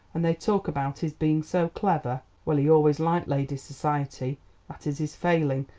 and they talk about his being so clever. well, he always liked ladies' society that is his failing,